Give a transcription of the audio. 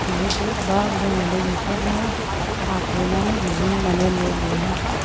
बेफोरबायदिबा जों माने बेफोरनो हाफायनानै बिदिनो माने न' लुना